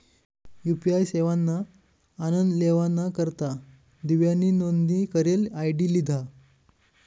UPI सेवाना आनन लेवाना करता दिव्यानी नोंदनी करेल आय.डी लिधा